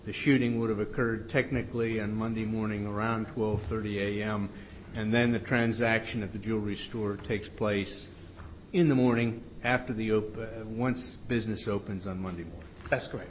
the shooting would have occurred technically and monday morning around twelve thirty am and then the transaction of the jewelry store takes place in the morning after the open once business opens on monday that's